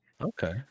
okay